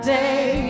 day